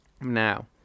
Now